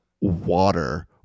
water